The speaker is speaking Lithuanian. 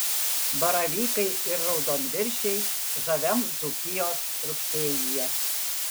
baravykai ir raudonviršiai žaviam dzūkijos rugsėjyje